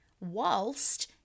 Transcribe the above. whilst